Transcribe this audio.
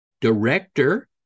Director